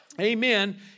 Amen